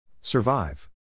Survive